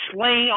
Slay